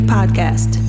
Podcast